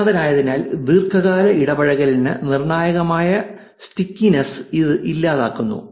അജ്ഞാതനായതിനാൽ ദീർഘകാല ഇടപഴകലിന് നിർണായകമായ സ്റ്റിക്കിനെസ് ഇത് ഇല്ലാതാക്കുന്നു